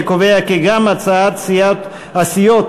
אני קובע כי גם הצעת הסיעות חד"ש,